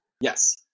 Yes